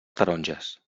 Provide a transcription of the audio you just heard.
taronges